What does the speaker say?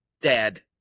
Dad